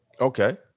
Okay